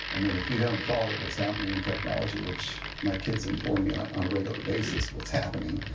i mean, if you haven't followed what's happening in technology, which my kids inform me on on a regular basis what's happening,